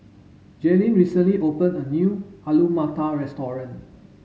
Jalyn recently opened a new Alu Matar restaurant